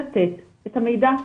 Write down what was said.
לתת את המידע,